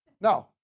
No